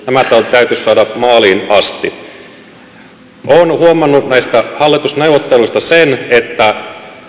täytyisi saada maaliin asti olen huomannut näistä hallitusneuvotteluista sen että